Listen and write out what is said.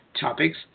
topics